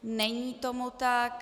Není tomu tak.